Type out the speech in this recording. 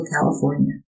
California